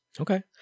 Okay